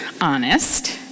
honest